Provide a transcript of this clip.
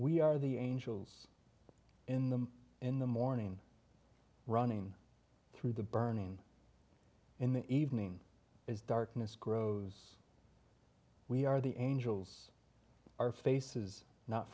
we are the angels in the in the morning running through the burning in the evening as darkness grows we are the angels our face is not